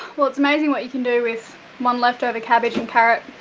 well it's amazing what you can do with one leftover cabbage and carrot,